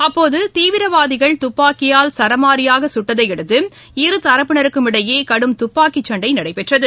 அப்போது தீவிரவாதிகள் துப்பாக்கியால் சரமாரியாக சுட்டதையடுத்து இரு தரப்பினருக்கும் இடையே கடும் துப்பாக்கிச் சண்டை நடைபெற்றது